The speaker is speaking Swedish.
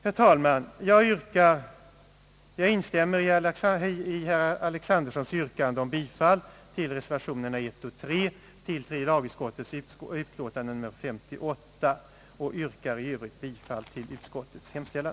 Herr talman! Jag instämmer i herr Alexandersons yrkande om bifall till reservationerna I och III, fogade till tredje lagutskottets utlåtande nr 58, och yrkar i övrigt bifall till utskottets hemställan.